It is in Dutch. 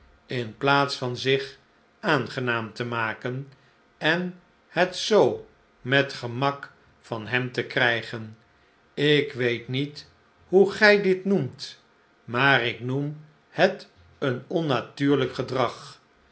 in plaats van zich aangenaam te maken en het zoo met gemak van hem te krijgen ik weet niet hoe gij dit noemt maar ik noem het een onnatuurlijk gedrag